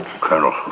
Colonel